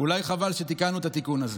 אולי חבל שתיקנו את התיקון הזה.